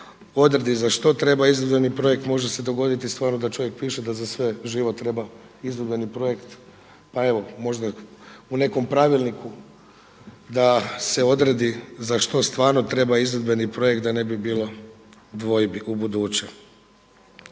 odredi za što treba izvedbeni projekt. Može se dogoditi stvarno da čovjek piše da za sve živo treba izvedbeni projekt pa evo možda u nekom pravilniku da se odredi za što stvarno treba izvedbeni projekt da ne bi bilo dvojbi u buduće.